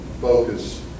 focus